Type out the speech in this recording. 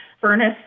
furnace